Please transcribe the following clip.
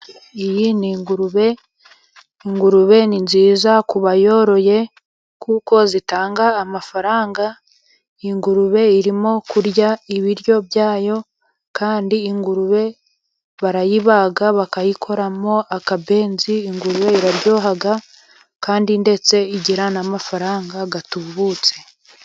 Iyi ni ingurube. Ingurube ni nziza ku bayoroye kuko zitanga amafaranga. Ingurube irimo kurya ibiryo byayo kandi ingurube barayibaga bakayikoramo akabenzi. Ingurube iraryoha kandi ndetse igira n'amafaranga atubutse.